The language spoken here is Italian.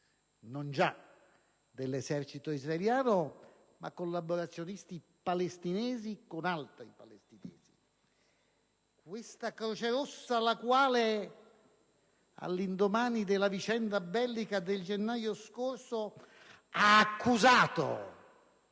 non già dell'esercito israeliano, ma collaborazionisti palestinesi con altri palestinesi; questa Croce Rossa, all'indomani della vicenda bellica del gennaio scorso, ha accusato